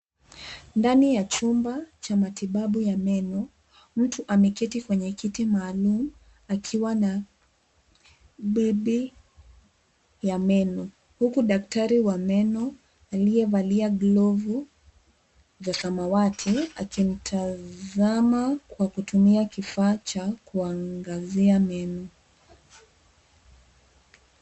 Ndani ya chumba cha matibabu ya meno, mtu ameketi kwenye kiti maalumu akiwa na bebi ya meno huku daktari wa meno aliyevalia glovu za samawati akimtazama kwa kutumia kifaa cha kuangazia meno.